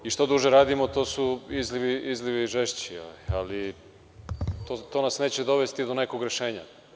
I što duže radimo, to su izlivi žešći, ali to nas neće dovesti do nekog rešenja.